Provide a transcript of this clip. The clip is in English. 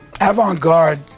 avant-garde